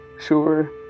Sure